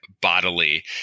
bodily